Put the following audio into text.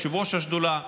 יושב-ראש השדולה,